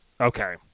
Okay